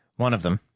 one of them,